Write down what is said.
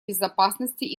безопасности